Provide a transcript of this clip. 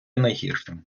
найгіршим